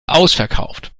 ausverkauft